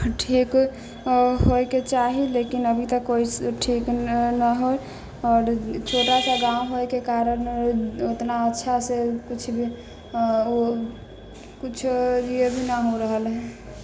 ठीक होइ के चाही लेकिन अभी तक कोइ ठीक ना होइ आओर छोटा सा गाँव होइ के कारण उतना अच्छा से कुछ भी कुछो भी ना हो रहल है